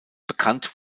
bekannt